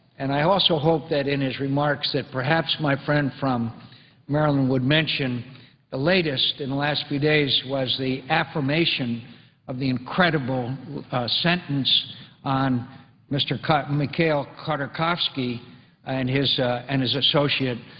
and i also hope that in his remarks, that perhaps my friend from maryland would mention the latest in the last few days was the affirmation of the incredible sentence on mr. and mikhail kartokovsky and his and his associate,